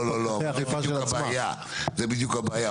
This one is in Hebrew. לא, זו בדיוק הבעיה.